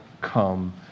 come